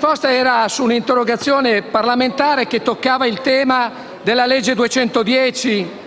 trattava di un'interrogazione parlamentare che toccava il tema della legge n.